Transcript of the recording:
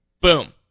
Boom